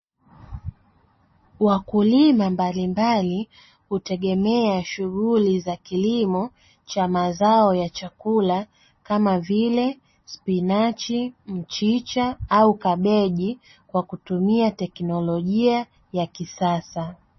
Wakulima mbalimbali hutegemea shughuli za kilimo cha mazao ya chakula kama vile spinachi, mchicha au kabeji kwa kutumia teknolojia ya kisasa.